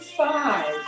five